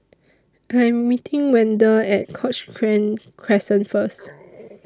I'm meeting Wende At Cochrane Crescent First